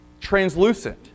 translucent